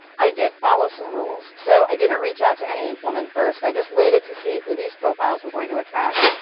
i did follow some rules. so i didn't reach out to any woman first. i just waited to see who these profiles were going to attract,